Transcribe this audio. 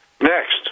Next